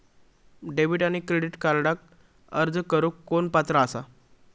Debit आणि credit कार्डक अर्ज करुक कोण पात्र आसा?